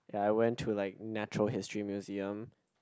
ya I went to like Natural History Museum